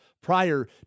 prior